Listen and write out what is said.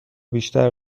بیشتر